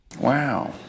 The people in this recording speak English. Wow